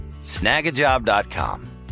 Snagajob.com